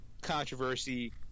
Controversy